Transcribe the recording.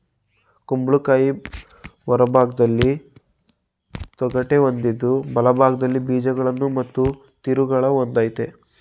ಕುಂಬಳಕಾಯಿ ಹೊರಭಾಗ್ದಲ್ಲಿ ತೊಗಟೆ ಹೊಂದಿದ್ದು ಒಳಭಾಗ್ದಲ್ಲಿ ಬೀಜಗಳು ಮತ್ತು ತಿರುಳನ್ನು ಹೊಂದಯ್ತೆ